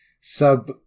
sub